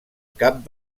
cap